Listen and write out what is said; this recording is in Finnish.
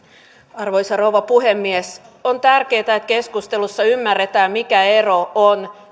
arvoisa rouva puhemies on tärkeätä että keskustelussa ymmärretään mikä ero on